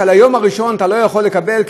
שעל היום הראשון אתה לא יכול לקבל,